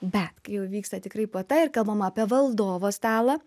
bet kai jau vyksta tikrai puota ir kalbam apie valdovo stalą